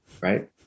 Right